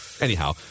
Anyhow